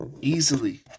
easily